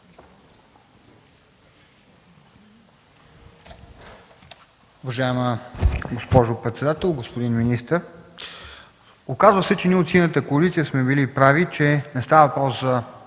Уважаема госпожо председател, уважаеми господин министър! Оказа се, че ние от Синята коалиция сме били прави, че не става въпрос за